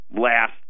last